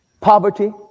Poverty